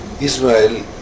israel